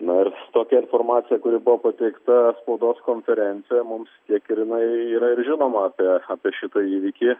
nors tokia informacija kuri buvo pateikta spaudos konferencijoje mums tiek ir jinai yra ir žinoma apie apie šitą įvykį